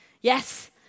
Yes